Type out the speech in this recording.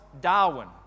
Darwin